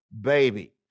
baby